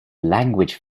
language